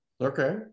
Okay